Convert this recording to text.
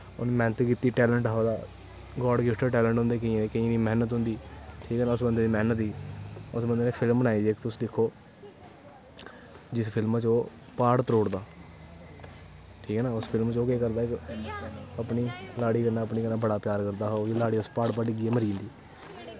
उन्न मैह्नत कीती टैलैंट हा ओह्दा गार्ड़ गिफ्टड टैलेंट होंदे केइयें दे केइयें दी मैह्नत होंदी ठीक ऐ ना उस बंदे दी मैह्नत ही उस बंदे नै फिल्म बनाई दी तुस दिक्खो जिस फिल्म च ओह् प्हाड़ त्रोड़दा ठीक ऐ ना उस फिल्म च ओह् केह् करदा कि पत्नी लाड़ी अपनी कन्नै बड़ा प्यार करदा हा ओह् ओह्दी लाड़ी प्हाड़ परा डिग्गियै मरी जंदी